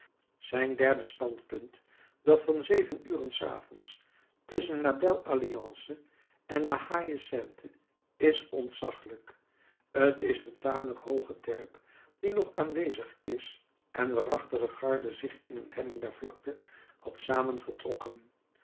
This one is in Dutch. zijn derde standpunt dat van zeven uren s avonds tusschen la belle alliance en la haie sainte is ontzaglijk t is een tamelijk hooge terp die nog aanwezig is en waarachter de garde zich in een helling der vlakte had